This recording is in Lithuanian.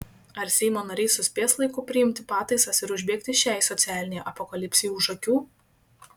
ar seimo nariai suspės laiku priimti pataisas ir užbėgti šiai socialinei apokalipsei už akių